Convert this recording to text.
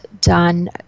done